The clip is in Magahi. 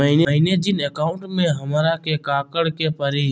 मैंने जिन अकाउंट में हमरा के काकड़ के परी?